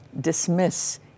dismiss